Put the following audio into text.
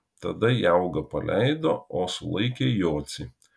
tada jaugą paleido o sulaikė jocį